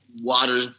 water